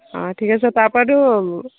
আ ঠিক আছে তাৰপৰাতো